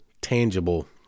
tangible